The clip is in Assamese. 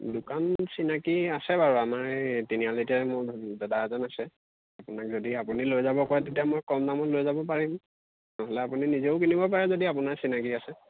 দোকান চিনাকি আছে বাৰু আমাৰ এই তিনিআলিতে মোৰ দাদা এজন আছে আপোনাক যদি আপুনি লৈ যাব কয় তেতিয়া মই কম দামত লৈ যাব পাৰিম নহ'লে আপুনি নিজেও কিনিব পাৰে যদি আপোনাৰ চিনাকি আছে